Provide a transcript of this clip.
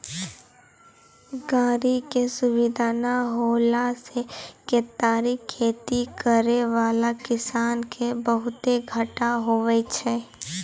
गाड़ी के सुविधा नै होला से केतारी खेती करै वाला किसान के बहुते घाटा हुवै छै